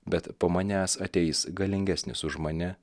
bet po manęs ateis galingesnis už mane